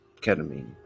ketamine